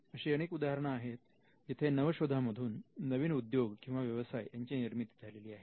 अशी अनेक उदाहरणे आहेत जिथे नवशोधा मधून नवीन उद्योग किंवा व्यवसाय यांची निर्मिती झालेली आहे